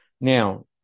Now